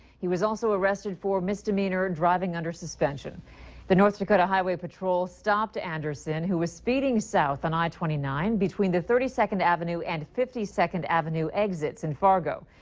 he was also arrested for misdemeanor driving under suspension the north dakota highway patrol stopped anderson. who was speeding south on i twenty nine. between the thirty second avenue and fifty second avenue exits in fargo.